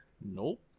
nope